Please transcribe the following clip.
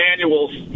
manuals